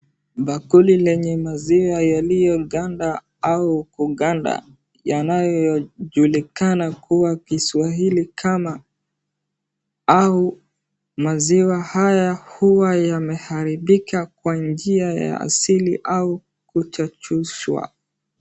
Bakuli lenye maziwa yaliyoganda au kuganda, yanayojulikana kuwa Kiswahili kama au maziwa haya huwa yameharibika kwa njia ya asili au kuchachushwa.